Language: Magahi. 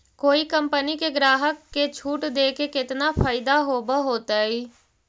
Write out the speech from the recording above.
कोई कंपनी के ग्राहक के छूट देके केतना फयदा होब होतई?